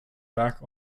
back